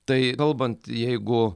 tai kalbant jeigu